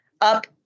up